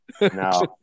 No